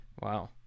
Wow